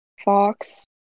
Fox